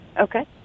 Okay